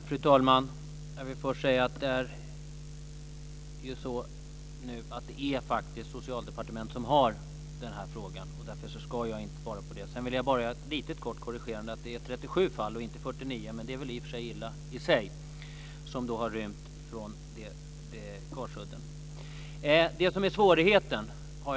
Fru talman! Jag vill först säga att det faktiskt är Socialdepartementet som har hand om den här frågan. Därför ska inte jag svara på det. Sedan vill jag bara göra en liten kort korrigering. Det är 37 fall, inte 49, av rymningar från Karsudden. Men det är väl i och för sig illa.